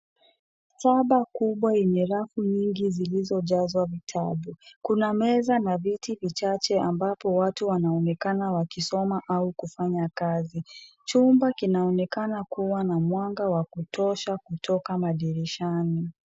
Maktaba kubwa yenye rafu zilizojazwa vitabu. Kuna meza na viti vichache ambapo watu wanaonekana wakisoma au kufanya kazi. Chumba kinaonekana kuwa na mwanga wa kutosha kutoka madirishani.